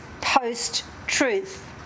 post-truth